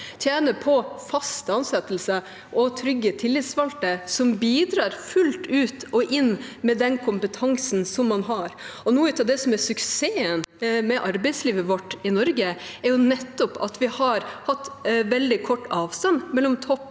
tjener på faste ansettelser og trygge tillitsvalgte som bidrar fullt ut og inn med den kompetansen man har. Noe av det som er suksessen med arbeidslivet vårt i Norge, er nettopp at vi har hatt veldig kort avstand mellom topp